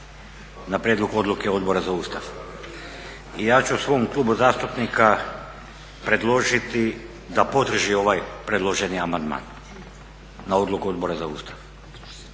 na prijedlog odluke Odbora za Ustav i ja ću svom klubu zastupnika predložiti da podrži ovaj predloženi amandman na odluku Odbora za Ustav